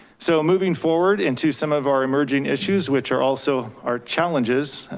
so moving forward in to some of our emerging issues, which are also our challenges,